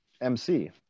MC